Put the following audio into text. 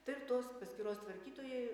taip tos paskyros tvarkytojai